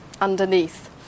underneath